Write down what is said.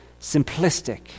simplistic